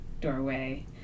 doorway